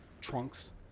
Trunks